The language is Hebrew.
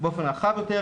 באופן רחב יותר,